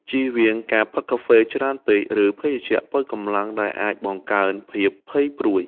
ជៀសវាងការផឹកកាហ្វេច្រើនពេក ឬភេសជ្ជៈប៉ូវកម្លាំងដែលអាចបង្កើនភាពភ័យព្រួយ។